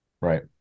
Right